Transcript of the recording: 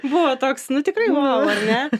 buvo toks nu tikrai vau ar ne